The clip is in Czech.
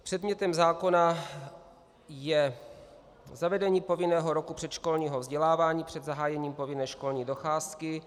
Předmětem zákona je zavedení povinného roku předškolního vzdělávání před zahájením povinné školní docházky.